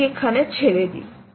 এটি এখানে ছেড়ে দি